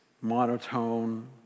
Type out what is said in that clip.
monotone